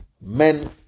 Men